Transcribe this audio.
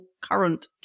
current